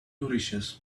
nourishes